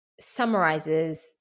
summarizes